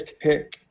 pick